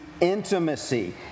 intimacy